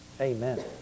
Amen